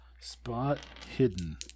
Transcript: Spot-hidden